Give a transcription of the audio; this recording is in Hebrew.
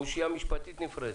ואושיה משפטית נפרדת.